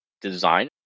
design